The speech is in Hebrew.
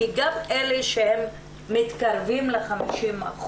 כי גם אלה שהם מתקרבים ל-50%,